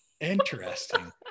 Interesting